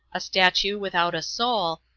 a statue without a soul,